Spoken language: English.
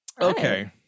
Okay